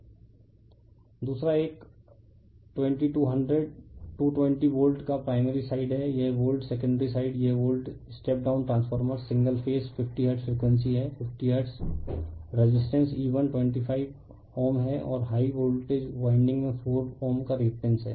refer slide time 3640 दूसरा एक 2200220 volt का प्राइमरी साइड है यह वोल्ट सेकेंडरी साइड यह volt step down transformer single phase 50 hertz frequency है 50 हर्ट्ज़ रेसिस्टेंस E125Ω हैं और हाई वोल्टेज वाइंडिंग में 4Ω का रिएक्टेंस है